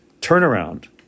turnaround